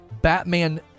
Batman